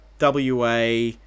WA